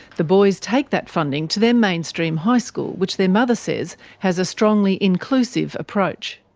the boys take that funding to their mainstream high school, which their mother says has a strongly inclusive approach.